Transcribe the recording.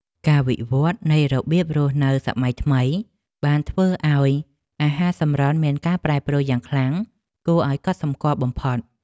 ការវិវត្តនៃរបៀបរស់នៅសម័យថ្មីបានធ្វើឱ្យអាហារសម្រន់មានការប្រែប្រួលយ៉ាងខ្លាំងគួរឱ្យកត់សម្គាល់បំផុត។